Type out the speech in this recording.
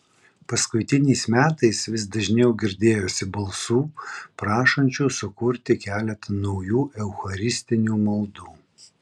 paskutiniais metais vis dažniau girdėjosi balsų prašančių sukurti keletą naujų eucharistinių maldų